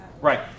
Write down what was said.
Right